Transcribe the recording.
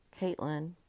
Caitlin